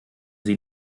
sie